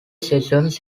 sessions